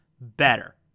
better